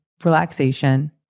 relaxation